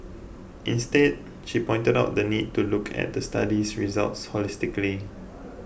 instead she pointed out the need to look at the study's results holistically